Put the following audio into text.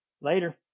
Later